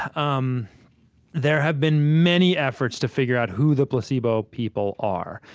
um there have been many efforts to figure out who the placebo people are.